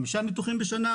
חמישה ניתוחים בשנה,